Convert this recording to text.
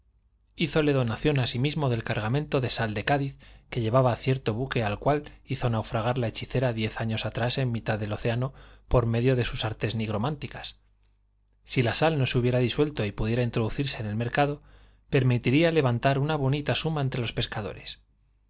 producir hízole donación asimismo del cargamento de sal de cádiz que llevaba cierto buque al cual hizo naufragar la hechicera diez años atrás en mitad del océano por medio de sus artes nigrománticas si la sal no se hubiera disuelto y pudiera introducirse en el mercado permitiría levantar una bonita suma entre los pescadores